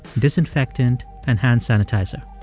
disinfectant and hand sanitizer.